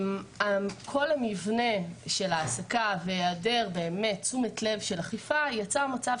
כל המבנה של ההעסקה והיעדר תשומת לב של אכיפה יוצר מצב